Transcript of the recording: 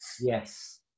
Yes